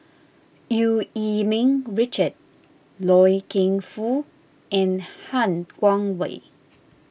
Eu Yee Ming Richard Loy Keng Foo and Han Guangwei